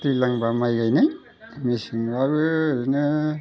दैज्लांबा माइ गायनाय मेसेंब्लाबो ओरैनो